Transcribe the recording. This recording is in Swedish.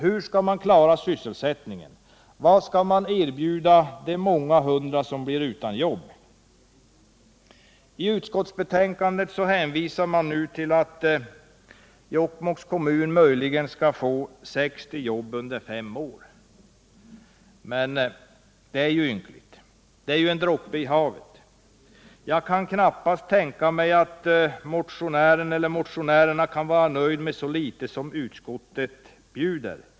Hur skall man klara sysselsättningen? Vad skall man erbjuda de många hundra som blir utan jobb? I utskottsbetänkandet hänvisar man till att Jokkmokks kommun möjligen skall få 60 jobb under fem år. Det är ju ynkligt. Det är en droppe i havet. Jag kan knappast tänka mig att motionärerna kan vara nöjda med så lite som utskottet bjuder.